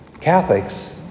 Catholics